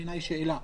בעיניי, שאלה.